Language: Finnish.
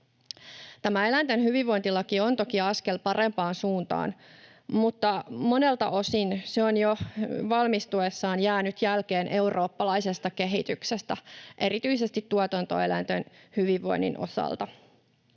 eläinten hyvinvointilaki on toki askel parempaan suuntaan, mutta monelta osin se on jo valmistuessaan jäänyt jälkeen eurooppalaisesta kehityksestä erityisesti tuotantoeläinten hyvinvoinnin osalta.